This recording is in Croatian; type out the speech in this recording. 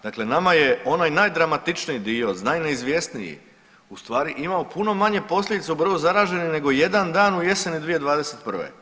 Dakle, nama je onaj najdramatičniji dio, najneizvjesniji u stvari imao puno manje posljedice u broju zaraženih nego jedan dan u jeseni 2021.